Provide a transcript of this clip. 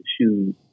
shoes